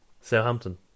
Southampton